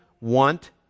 want